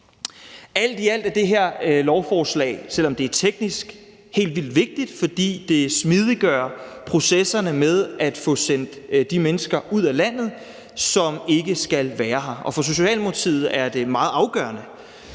Alt i alt er det her lovforslag, selv om det er teknisk, helt vildt vigtigt, fordi det smidiggør processerne med at få sendt de mennesker ud af landet, som ikke skal være her. Og for Socialdemokratiet er det meget afgørende,